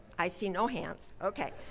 i see no hands, okay.